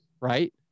right